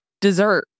dessert